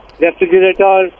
refrigerator